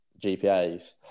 GPAs